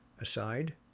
Aside